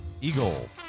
Eagle